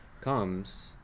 comes